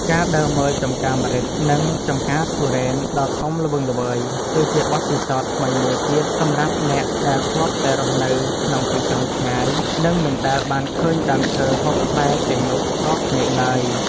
ការដើរមើលចម្ការម្រេច និង ចម្ការធុរេនដ៏ធំល្វឹងល្វើយគឺជាបទពិសោធន៍ថ្មីមួយទៀតសម្រាប់អ្នកដែលធ្លាប់តែរស់នៅក្នុងទីក្រុងឆ្ងាយ និង មិនដែលបានឃើញដើមឈើហូបផ្លែទាំងនោះផ្ទាល់ភ្នែកឡើយ។